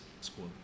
school